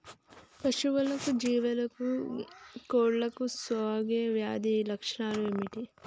పశువులకు జీవాలకు కోళ్ళకు సోకే వ్యాధుల లక్షణాలు ఏమిటి?